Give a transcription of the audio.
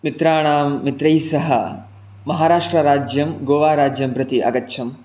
मित्राणां मित्रैस्सह महाराष्ट्रराज्यं गोवाराज्यं प्रति आगच्छम्